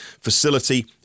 facility